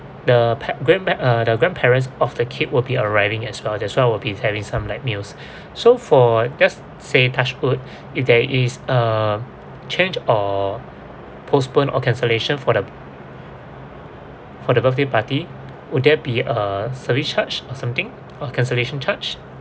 the pa~ grandpa~ uh the grandparents of the kid will be arriving as well that's why will be having some light meals so for just say touchwood if there is a change or postpone or cancellation for the for the birthday party would there be a service charge or something or cancellation charge